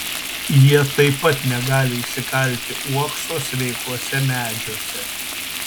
jie taip pat negali išsikalti uokso sveikuose medžiuose